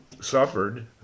suffered